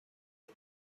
آیا